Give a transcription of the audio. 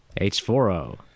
H4O